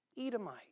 Edomite